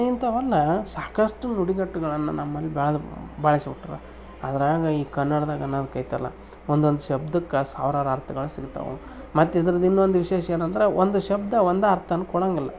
ಇಂಥವೆಲ್ಲಾ ಸಾಕಷ್ಟು ನುಡಿಗಟ್ಟುಗಳನ್ನ ನಮ್ಮಲ್ಲಿ ಬೆಳೆದು ಬಳಸ್ಬಿಟ್ಟಾರ ಅದ್ರಾಗ ಈ ಕನ್ನಡದಾಗ ಅನ್ನೊದ್ಕೆ ಐತಲ್ಲ ಒಂದೊಂದು ಶಬ್ದಕ್ಕೆ ಸಾವಿರಾರು ಅರ್ಥಗಳ್ ಸಿಗ್ತಾವೆ ಮತ್ತು ಇದ್ರದ್ದು ಇನ್ನೊಂದು ವಿಶೇಷ ಏನಂದರೆ ಒಂದು ಶಬ್ಧ ಒಂದು ಅರ್ಥ ಕೊಡೋಂಗಿಲ್ಲ